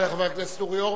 תודה לחבר הכנסת אורי אורבך.